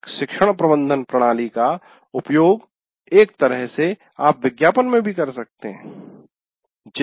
एक शिक्षण प्रबंधन प्रणाली का उपयोग एक तरह से आप विज्ञापन में कर सकते है